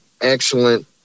excellent